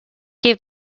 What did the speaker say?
gave